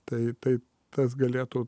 tai tai tas galėtų